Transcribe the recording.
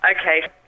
Okay